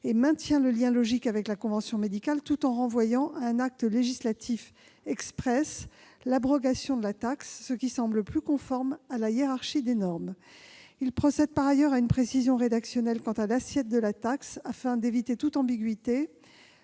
et à maintenir le lien logique avec la convention médicale, tout en renvoyant à un acte législatif exprès l'abrogation de la taxe, ce qui semble plus conforme à la hiérarchie des normes. Il s'agit par ailleurs de procéder à une précision rédactionnelle quant à l'assiette de la taxe, afin d'éviter toute ambiguïté.